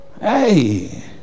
Hey